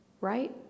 right